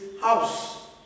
house